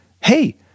Hey